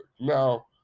Now